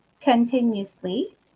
continuously